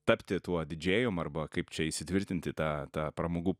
tapti tuo didžėjum arba kaip čia įsitvirtint į tą tą pramogų